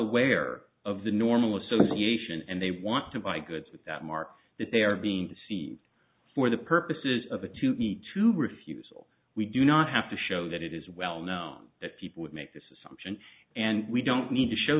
aware of the normal association and they want to buy goods with that mark that they are being deceived for the purposes of a to b to refusal we do not have to show that it is well known that people would make this assumption and we don't need to show